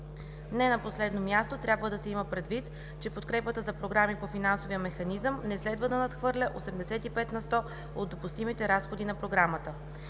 Не на последно място, трябва да се има предвид, че подкрепата за програми по Финансовия механизъм не следва да надхвърля 85 на сто от допустимите разходи по Програмата.